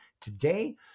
today